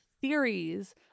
theories